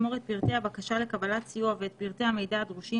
יעשה שימוש בפרטי בקשה לקבלת סיוע ובפרטי שימוש במידעהמידע הדרושים